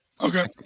Okay